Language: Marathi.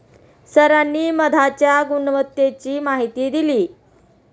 सरांनी मधाच्या गुणवत्तेची माहिती दिली